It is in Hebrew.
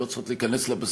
הן לא צריכות להיכנס לבסיס,